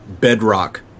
bedrock